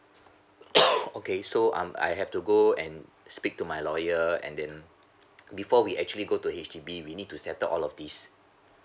okay so um I have to go and speak to my lawyer and then before we actually go to H_D_B we need to settle all of this